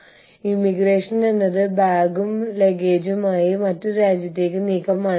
അതിനാൽ നിങ്ങൾ മാതൃരാജ്യമായ A രാജ്യത്താണ്